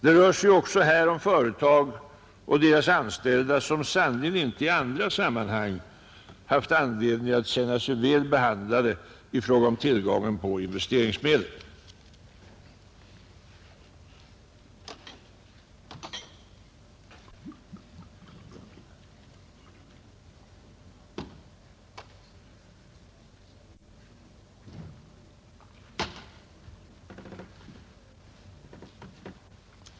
Det rör sig också här om företag och deras anställda som sannerligen inte i andra sammanhang haft anledning att känna sig väl behandlade i fråga om tillgången på investeringsmedel.